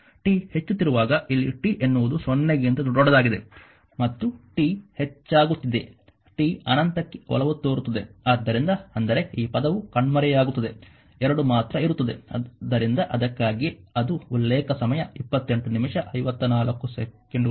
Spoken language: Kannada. t ಹೆಚ್ಚುತ್ತಿರುವಾಗ ಇಲ್ಲಿ t ಎನ್ನುವುದು 0 ಗಿಂತ ದೊಡ್ಡದಾಗಿದೆ ಮತ್ತು t ಹೆಚ್ಚಾಗುತ್ತಿದೆ t ಅನಂತಕ್ಕೆ ಒಲವು ತೋರುತ್ತದೆ ಆದ್ದರಿಂದ ಅಂದರೆ ಈ ಪದವು ಕಣ್ಮರೆಯಾಗುತ್ತದೆ 2 ಮಾತ್ರ ಇರುತ್ತದೆ